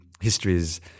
histories